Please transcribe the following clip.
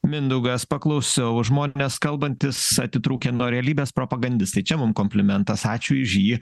mindaugas paklausiau žmonės kalbantys atitrūkę nuo realybės propagandistai čia mum komplimentas ačiū iž jį